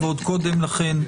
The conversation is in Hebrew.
ועוד קודם לכן,